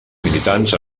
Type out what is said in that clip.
militants